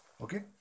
Okay